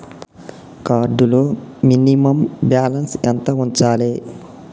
Card లో minimum balance ఎంత ఉంచాలే?